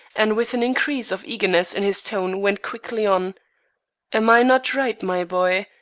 and with an increase of eagerness in his tone, went quickly on am i not right, my boy?